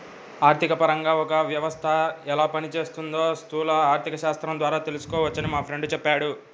ఆర్థికపరంగా ఒక వ్యవస్థ ఎలా పనిచేస్తోందో స్థూల ఆర్థికశాస్త్రం ద్వారా తెలుసుకోవచ్చని మా ఫ్రెండు చెప్పాడు